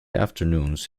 afternoons